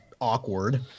awkward